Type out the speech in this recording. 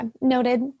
Noted